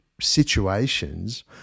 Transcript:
situations